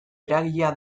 eragilea